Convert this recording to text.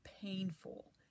painful